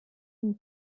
une